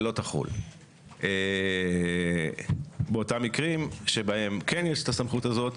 לגבי אותם מקרים שבהם יש את הסמכות הזאת